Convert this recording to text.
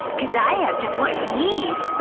cuz i have just what you need